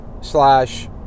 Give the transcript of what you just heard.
slash